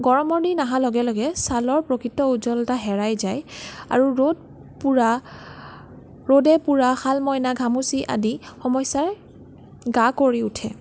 গৰমৰ দিন অহাৰ লগে লগে ছালৰ প্ৰকৃত উজ্জ্বলতা হেৰাই যায় আৰ ৰ'দ পোৰা ৰ'দে পোৰা শালমইনা ঘামচি আদি সমস্যাই গা কৰি উঠে